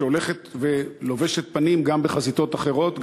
שהולכת ולובשת פנים גם בחזיתות אחרות.